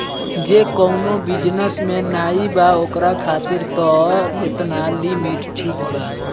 जे कवनो बिजनेस में नाइ बा ओकरा खातिर तअ एतना लिमिट ठीक बाटे